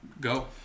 Go